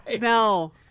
no